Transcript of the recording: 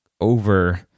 over